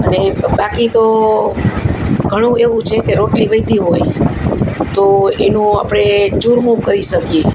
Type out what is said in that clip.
અને બાકી તો ઘણું એવું છે કે રોટલી વધી હોય તો એનું આપણે ચૂરમું કરી શકીએ